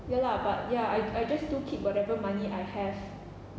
ya lah but ya I I just do keep whatever money I have